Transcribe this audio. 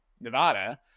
nevada